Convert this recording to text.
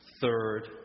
third